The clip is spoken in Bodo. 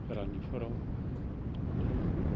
रानिफुराव बिदिनो